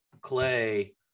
Clay